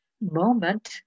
moment